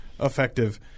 effective